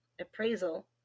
appraisal